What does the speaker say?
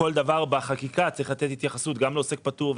לכל דבר בחקיקה צריך לתת התייחסות גם לעוסק פטור,